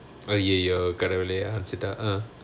!aiyo! கடவுளே அடிச்சுட்டா:kadavulae adichuttaa uh